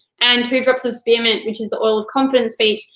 and two drops of spearmint, which is the oil of confident speech,